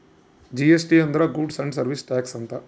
GST ಅಂದ್ರ goods and service tax ಅಂತ